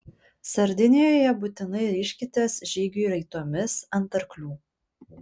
sardinijoje būtinai ryžkitės žygiui raitomis ant arklių